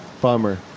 Bummer